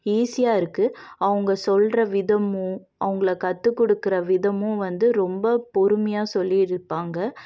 ஈஸியாக இருக்குது அவங்க சொல்கிற விதமும் அவங்கள கற்று கொடுக்கற விதமும் வந்து ரொம்ப பொறுமையாக சொல்லியிருப்பாங்க